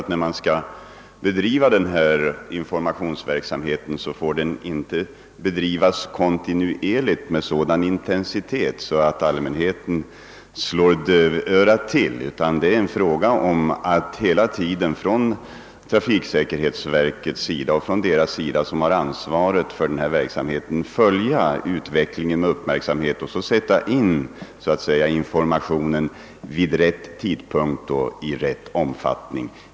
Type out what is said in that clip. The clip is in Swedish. När denna informationsverksamhet skall bedrivas, så bör det naturligtvis inte ske med sådan intensitet, att allmänheten slår dövörat till, utan det gäller för trafiksäkerhetsverket och dem som har ansvaret för verksamheten att hela tiden följa utvecklingen med stor uppmärksamhet och sätta in informationen vid rätt tidpunkt och i rätt omfattning.